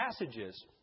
Passages